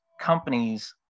companies